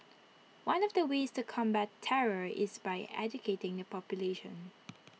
one of the ways to combat terror is by educating the population